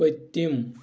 پٔتِم